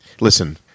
Listen